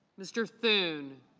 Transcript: mr. thune.